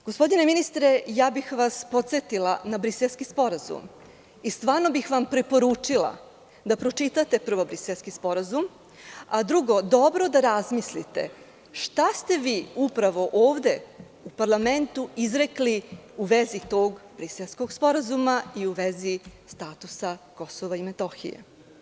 Gospodine ministre, ja bih vas podsetila na Briselski sporazum i stvarno bih vam preporučila da pročitate prvo Briselski sporazum, a drugo, dobro da razmislite šta ste vi ovde u parlamentu izrekli u vezi tog Briselskog sporazuma i u vezi statusa KiM.